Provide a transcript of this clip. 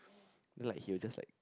then like he'll just like